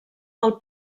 del